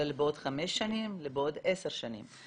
אלא לעוד חמש שנים ולעוד עשר שנים.